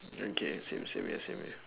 okay same same here same here